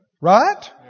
Right